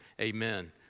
amen